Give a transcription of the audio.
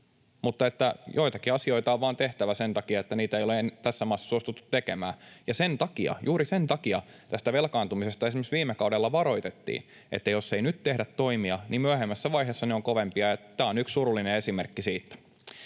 mutta joitakin asioita on vaan tehtävä sen takia, että niitä ei ole ennen tässä maassa suostuttu tekemään. Ja sen takia, juuri sen takia, tästä velkaantumisesta esimerkiksi viime kaudella varoitettiin, että jos ei nyt tehdä toimia, niin myöhemmässä vaiheessa ne ovat kovempia. Tämä on yksi surullinen esimerkki siitä.